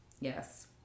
Yes